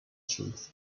truth